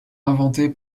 inventé